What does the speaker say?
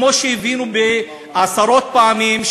כמו שהבינו עשרות פעמים,